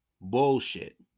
Bullshit